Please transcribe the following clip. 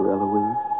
Eloise